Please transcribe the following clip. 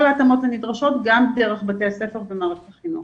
ההתאמות הנדרשות גם דרך בתי הספר ומערכת החינוך.